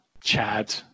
Chad